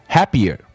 Happier